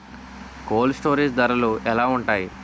Cold storage ధరలు ఎలా ఉంటాయి?